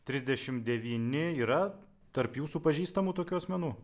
trisdešimt devyni yra tarp jūsų pažįstamų tokių asmenų